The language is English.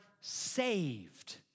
saved